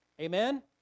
Amen